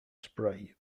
spray